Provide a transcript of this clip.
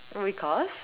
uh because